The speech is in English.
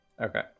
Okay